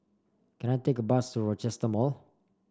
can I take a bus to Rochester Mall